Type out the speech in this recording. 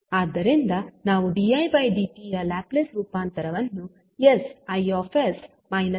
ಆದ್ದರಿಂದ ನಾವು didt ಯ ಲ್ಯಾಪ್ಲೇಸ್ ರೂಪಾಂತರವನ್ನು sI iಎಂದು ಪಡೆಯುತ್ತೇವೆ